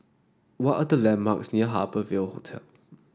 what are the landmarks near Harbour Ville Hotel